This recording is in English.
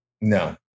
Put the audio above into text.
No